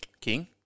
King